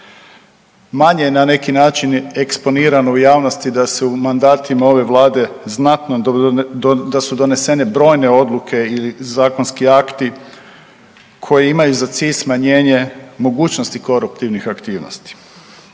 Manje je na neki način eksponirano u javnosti da se u mandatima ove Vlade znatno, da su donesene brojne odluke i zakonski akti koji imaju za cilj smanjenje mogućnosti koruptivnih aktivnosti.